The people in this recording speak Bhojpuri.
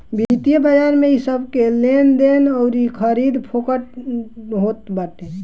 वित्तीय बाजार में इ सबके लेनदेन अउरी खरीद फोक्त होत बाटे